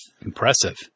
impressive